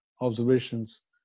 observations